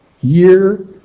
year